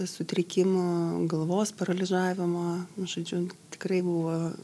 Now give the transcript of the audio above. sutrikimo galvos paraližavimo žodžiu tikrai buvo